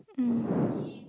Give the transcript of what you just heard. mm